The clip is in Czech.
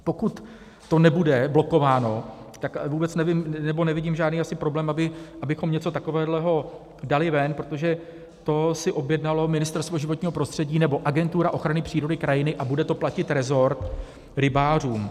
Pokud to nebude blokováno, tak vůbec nevím nebo nevidím asi žádný problém, abychom něco takového dali ven, protože to si objednalo Ministerstvo životního prostředí, nebo Agentura ochrany přírody krajiny, a bude to platit resort rybářům.